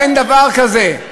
אין דבר כזה.